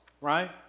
right